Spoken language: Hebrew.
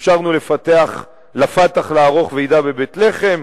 אפשרנו ל"פתח" לערוך ועידה בבית-לחם,